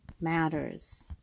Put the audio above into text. matters